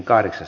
asia